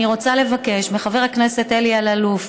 אני רוצה לבקש מחבר הכנסת אלי אלאלוף,